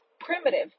primitive